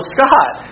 Scott